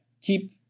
keep